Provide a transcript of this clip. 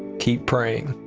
keep praying.